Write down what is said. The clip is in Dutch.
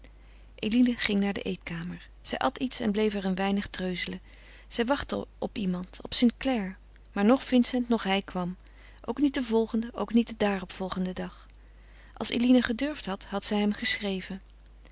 eline ging naar de eetkamer zij at iets en bleef er een weinig treuzelen zij wachtte op iemand op st clare maar noch vincent noch hij kwam ook niet den volgenden ook niet den daaropvolgenden dag als eline gedurfd had had zij hem geschreven